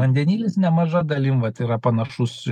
vandenilis nemaža dalim vat yra panašus